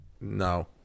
No